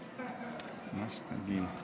מה שתגיד.